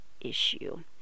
issue